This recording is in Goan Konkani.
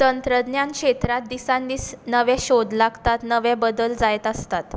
तंत्रज्ञान क्षेत्रांत दिसान दीस नवे सोद लागतात नवे बदल जायत आसतात